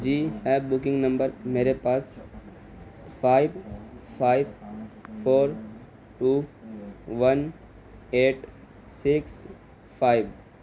جی app booking number میرے پاس five five four two one eight six five